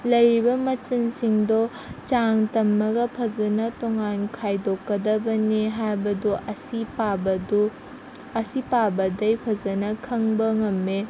ꯂꯩꯔꯤꯕ ꯃꯆꯜꯁꯤꯡꯗꯣ ꯆꯥꯡ ꯇꯝꯃꯒ ꯐꯖꯅ ꯇꯣꯡꯉꯥꯟ ꯈꯥꯏꯗꯣꯛꯀꯗꯕꯅꯦ ꯍꯥꯏꯕꯗꯨ ꯑꯁꯤ ꯄꯥꯕꯗꯨ ꯑꯁꯤ ꯄꯥꯕꯗꯒꯤ ꯐꯖꯅ ꯈꯪꯕ ꯉꯝꯃꯦ